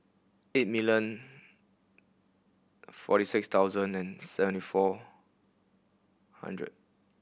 eight million forty six thousand and seventy four hundred